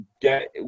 get